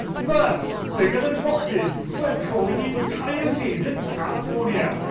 first, bigger than foxes, we're calling in coyotes in california.